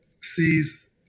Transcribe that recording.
sees